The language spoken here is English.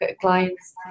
clients